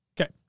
Okay